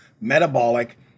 metabolic